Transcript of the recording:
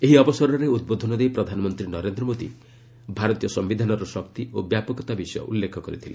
ଏହି ଅବସରରେ ଉଦ୍ବୋଧନ ଦେଇ ପ୍ରଧାନମନ୍ତ୍ରୀ ନରେନ୍ଦ୍ର ମୋଦୀ ଭାରତୀୟ ସମ୍ଭିଧାନର ଶକ୍ତି ଓ ବ୍ୟାପକତା ବିଷୟ ଉଲ୍ଲ୍ଫେଖ କରିଥିଲେ